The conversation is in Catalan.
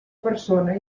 persona